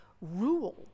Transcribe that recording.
rule